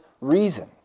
reason